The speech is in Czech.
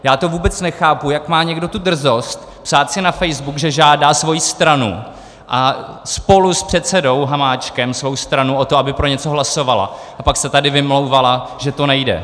Já to vůbec nechápu, jak má někdo tu drzost psát si na facebook, že žádá svoji stranu a spolu s předsedou Hamáčkem svou stranu o to, aby pro něco hlasovala, a pak se tady vymlouvala, že to nejde.